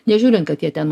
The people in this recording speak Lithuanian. nežiūrint kad jie ten